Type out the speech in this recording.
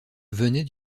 venait